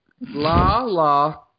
Lala